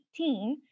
2018